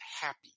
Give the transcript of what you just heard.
happy